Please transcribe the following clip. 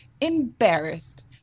embarrassed